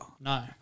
No